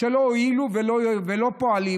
שלא הועילו ולא פועלים,